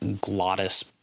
glottis